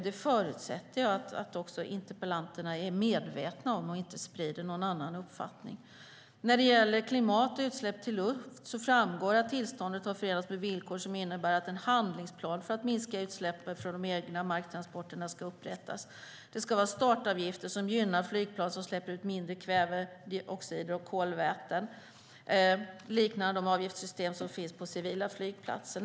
Det förutsätter jag att interpellanterna också är medvetna om, så att de inte sprider någon annan uppfattning. När det gäller klimat och utsläpp i luft framgår det att tillståndet baseras på villkor som innebär att en handlingsplan för att minska utsläppen från de egna marktransporterna ska upprättas. Det ska vara startavgifter som gynnar flygplan som släpper ut mindre kväveoxider och kolväten, liknande de avgiftssystem som finns på civila flygplatser.